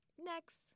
next